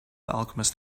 alchemist